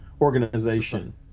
organization